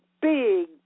big